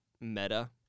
meta